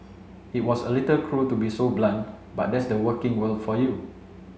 it was a little cruel to be so blunt but that's the working world for you